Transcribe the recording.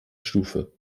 stufe